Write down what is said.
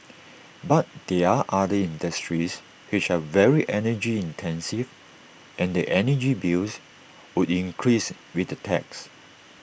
but there are other industries which are very energy intensive and their energy bills would increase with the tax